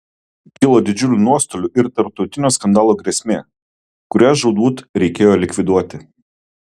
kilo didžiulių nuostolių ir tarptautinio skandalo grėsmė kurią žūtbūt reikėjo likviduoti